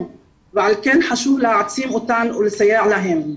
ועל כן חשוב להעצים אותן ולסייע להן.